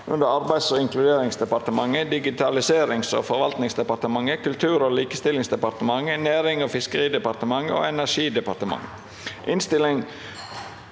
under Arbeids- og inkluderingsdepartementet, Digitaliserings- og forvaltningsdepartementet, Kultur- og likestillingsde- partementet, Nærings- og fiskeridepartementet og Ener- gidepartementet